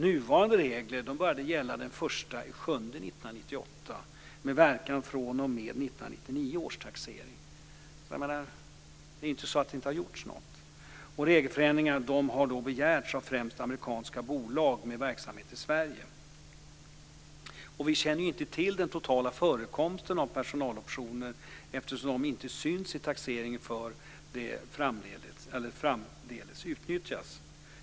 Nuvarande regler började gälla den 1 juli 1998, med verkan fr.o.m. 1999 års taxering. Det är alltså inte så att det inte har gjorts något. Regelförändringarna har begärts främst av amerikanska bolag med verksamhet i Sverige. Vi känner inte till den totala förekomsten av personaloptioner eftersom de inte syns i taxeringen förrän de framdeles utnyttjas.